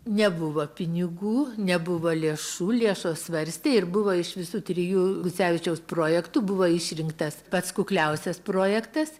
nebuvo pinigų nebuvo lėšų lėšos svarstė ir buvo iš visų trijų guzevičiaus projektų buvo išrinktas pats kukliausias projektas